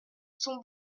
son